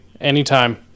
Anytime